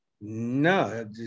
No